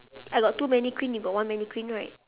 I got two mannequin you got one mannequin right